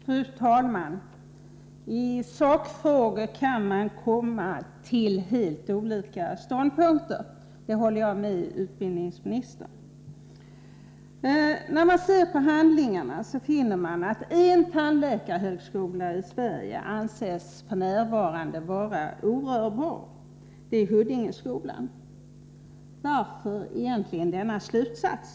Fru talman! I sakfrågor kan man komma till helt olika ståndpunkter, det håller jag med utbildningsministern om. När man ser på handlingarna finner man att en tandläkarhögskola i Sverige f.n. anses vara orörbar, och det är Huddingeskolan. Varför drar man denna slutsats?